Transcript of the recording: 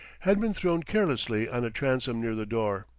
had been thrown carelessly on a transom near the door.